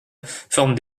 forme